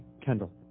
Kendall